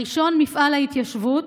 הראשון, מפעל ההתיישבות.